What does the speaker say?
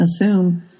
assume